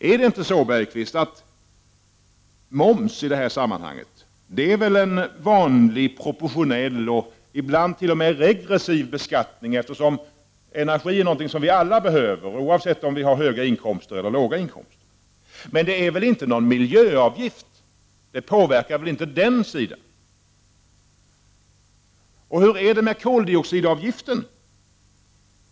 Är det inte så, Jan Bergqvist, att moms i det här sammanhanget är en proportionell och ibland t.o.m. regressiv beskattning, eftersom energi är någonting som vi alla behöver, oavsett om vi har höga inkomster eller låga? Någon miljöavgift är det väl inte — det påverkar väl inte den sidan? Och hur är det med koldioxidavgiften?